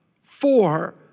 Four